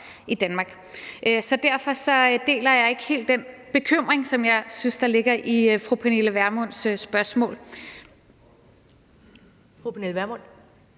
i Danmark, så derfor deler jeg ikke helt den bekymring, som jeg synes der ligger i fru Pernille Vermunds spørgsmål. Kl. 14:43 Første